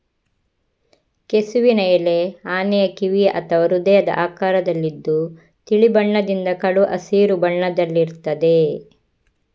ಕೆಸುವಿನ ಎಲೆ ಆನೆಯ ಕಿವಿಯ ಅಥವಾ ಹೃದಯದ ಆಕಾರದಲ್ಲಿದ್ದು ತಿಳಿ ಬಣ್ಣದಿಂದ ಕಡು ಹಸಿರು ಬಣ್ಣದಲ್ಲಿರ್ತದೆ